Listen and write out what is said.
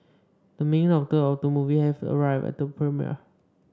the main actor of the movie has arrived at the premiere